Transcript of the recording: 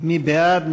מי בעד?